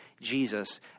Jesus